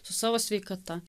su savo sveikata